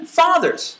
fathers